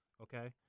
Okay